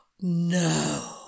no